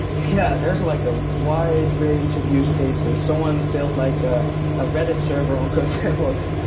yeah. there's like a wide range of use cases. someone built like ah a redis server on codesandbox.